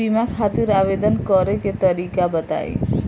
बीमा खातिर आवेदन करे के तरीका बताई?